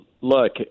Look